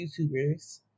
YouTubers